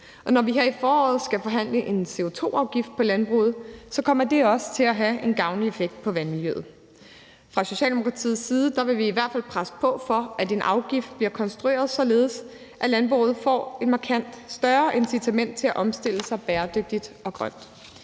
Når vi her i foråret skal forhandle en CO2-afgift på landbruget, kommer det også til at have en gavnlig effekt på vandmiljøet. Fra Socialdemokratiets side vil vi i hvert fald presse på for at en afgift bliver konstrueret således, at landbruget får et markant større incitament til at omstille sig bæredygtigt og grønt.